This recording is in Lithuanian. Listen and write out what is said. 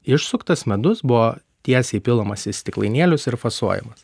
išsuktas medus buvo tiesiai pilamas į stiklainėlius ir fasuojamas